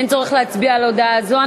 אין צורך להצביע על הודעה זו.